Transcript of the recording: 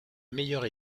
meilleure